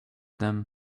them